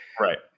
Right